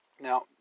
Now